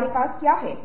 मूलता है